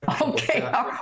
Okay